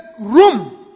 room